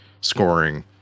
scoring